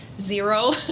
Zero